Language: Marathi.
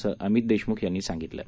असं अमित देशमुख यांनी सांगितलं आहे